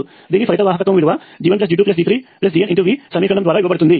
దీని ఫలిత వాహకత్వము విలువ G1G2G3GNV సమీకరణము ద్వారా ఇవ్వబడుతుంది